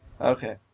Okay